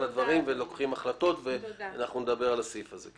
הדברים ולוקחים החלטות ונדבר על הסעיף הזה.